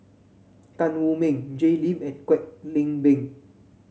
Tan Wu Meng Jay Lim and Kwek Leng Beng